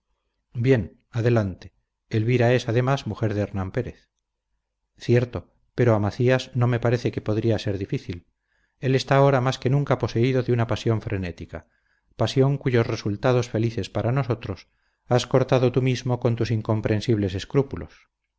bien adelante elvira es además mujer de hernán pérez cierto pero a macías no me parece que podría ser difícil él está ahora más que nunca poseído de una pasión frenética pasión cuyos resultados felices para nosotros has cortado tú mismo con tus incomprensibles escrúpulos